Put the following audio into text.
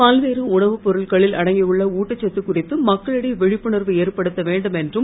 பல்வேறு உணவு பொருட்களில் அடங்கியுள்ள ஊட்டச்சத்து குறித்து மக்களிடையே விழிப்புணர்வு ஏற்படுத்த வேண்டும் என்றும்